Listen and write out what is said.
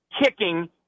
kicking